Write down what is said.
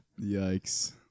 Yikes